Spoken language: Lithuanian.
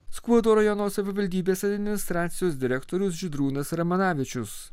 skuodo rajono savivaldybės administracijos direktorius žydrūnas ramanavičius